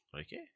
Okay